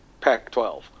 Pac-12